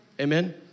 Amen